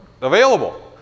available